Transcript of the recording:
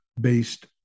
based